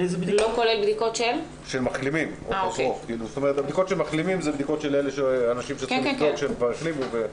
בדיקות של מחלימים הן בדיקות של אנשים שצריך לבדוק שהם כבר החלימו.